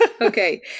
Okay